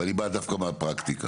ואני בא דווקא מהפרקטיקה.